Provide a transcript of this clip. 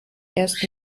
erst